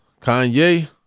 Kanye